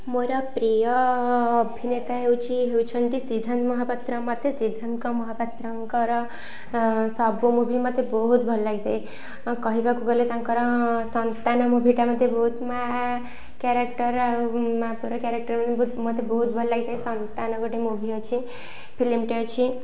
ମୋର ପ୍ରିୟ ଅଭିନେତା ହେଉଛି ହେଉଛନ୍ତି ସିଦ୍ଧାନ୍ତ ମହାପାତ୍ର ମୋତେ ସିଦ୍ଧାନ୍ତଙ୍କ ମହାପାତ୍ରଙ୍କର ସବୁ ମୁଭି ମୋତେ ବହୁତ ଭଲ ଲାଗିଥାଏ ଆଉ କହିବାକୁ ଗଲେ ତାଙ୍କର ସନ୍ତାନ ମୁଭିଟା ମୋତେ ବହୁତ ମାଆ କ୍ୟାରେକ୍ଟର ଆଉ ମାଆ ପରି କ୍ୟାରେକ୍ଟର ମୋତେ ବହୁତ ଭଲ ଲାଗିଥାଏ ସନ୍ତାନ ଗୋଟେ ମୁଭି ଅଛି ଫିଲ୍ମଟେ ଅଛି